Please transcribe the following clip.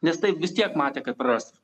nes taip vis tiek matė kad praras